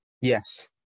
Yes